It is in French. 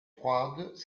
froide